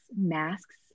masks